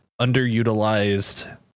underutilized